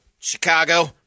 chicago